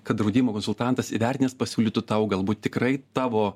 kad draudimo konsultantas įvertinęs pasiūlytų tau galbūt tikrai tavo